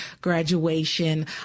graduation